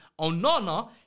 Onana